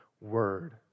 word